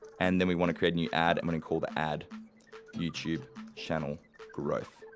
and then we wanna create a new ad, i'm gonna call the ad youtube channel growth.